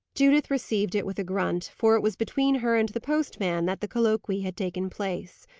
judith received it with a grunt, for it was between her and the postman that the colloquy had taken place.